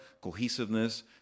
cohesiveness